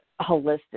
holistic